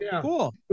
Cool